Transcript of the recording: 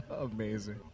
Amazing